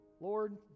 Lord